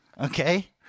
Okay